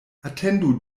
atendu